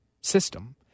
system